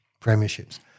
premierships